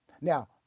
Now